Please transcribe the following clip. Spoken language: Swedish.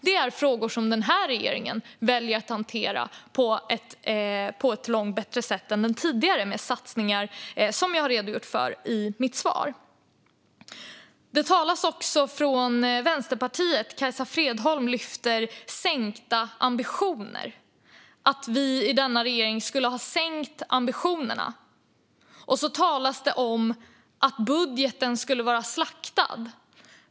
Det är frågor som denna regering väljer att hantera på ett långt bättre sätt än vad den tidigare regeringen gjorde, med satsningar som jag har redogjort för i mitt svar. Vänsterpartiets Kajsa Fredholm talade om att vi i denna regering skulle ha sänkt ambitionerna. Det talades också om att budgeten skulle vara slaktad.